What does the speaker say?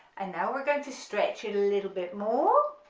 and now we're going to stretch it a little bit more